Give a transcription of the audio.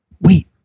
wait